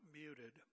muted